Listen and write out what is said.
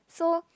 so